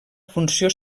funció